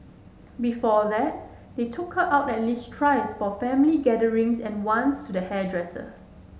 before that they took her out at least thrice for family gatherings and once to the hairdresser